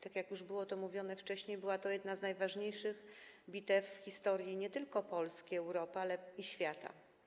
Tak jak już było powiedziane wcześniej, była to jedna z najważniejszych bitew w historii nie tylko Polski i Europy, ale również świata.